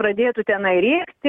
pradėtų tenai rėkti